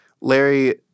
Larry